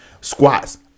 squats